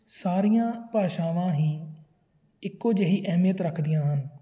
ਸਾਰੀਆਂ ਭਾਸ਼ਾਵਾਂ ਹੀ ਇੱਕੋ ਜਿਹੀ ਅਹਿਮੀਅਤ ਰੱਖਦੀਆਂ ਹਨ